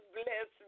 bless